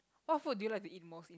what food do you like to eat mostly